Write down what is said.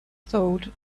thought